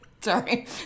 Sorry